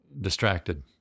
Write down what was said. Distracted